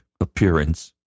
appearance